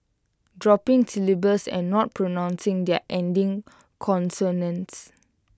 dropping syllables and not pronouncing their ending consonants